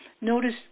Notice